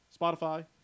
Spotify